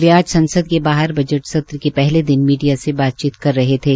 वे आज ससंद के बाहर बजट सत्र के पहले दिन मीडिया से बातचीत कर रहे थे